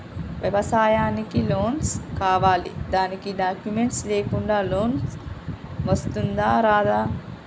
వ్యవసాయానికి లోన్స్ కావాలి దానికి డాక్యుమెంట్స్ లేకుండా లోన్ వస్తుందా రాదా?